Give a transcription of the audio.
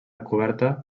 coberta